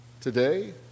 Today